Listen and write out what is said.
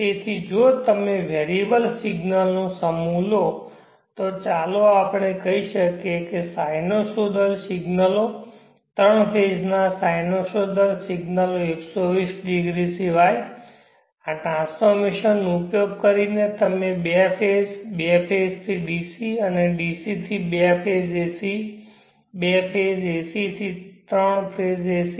તેથી જો તમે વેરીએબલ સિગ્નલો નો સમૂહ લો તો ચાલો આપણે કહીએ કે સાઇનોસોઈડલ સિગ્નલો 3 ફેઝ ના સાઇનોસોઈડલ સિગ્નલો 120 ડિગ્રી સિવાય આ ટ્રાન્સફોર્મેશન નો ઉપયોગ કરીને તમે બે ફેઝ બે ફેઝ થી dc અને dc થી બે ફેઝ acબે ફેઝ ac થી 3 ફેઝ ac